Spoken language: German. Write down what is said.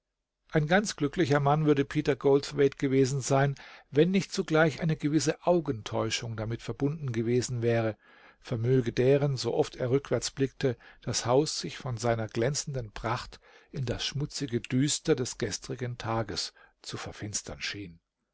ein ganz glücklicher mann würde peter goldthwaite gewesen sein wenn nicht zugleich eine gewisse augentäuschung damit verbunden gewesen wäre vermöge deren so oft er rückwärts blickte das haus sich von seiner glänzenden pracht in das schmutzige düster des gestrigen tages zu verfinstern schien